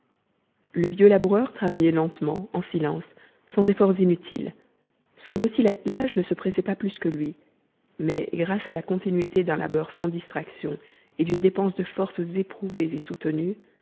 le vieux laboureur travaillait lentement en silence sans efforts inutiles son docile attelage ne se pressait pas plus que lui mais grâce à la continuité d'un labeur sans distraction et d'une dépense de forces éprouvées et soutenues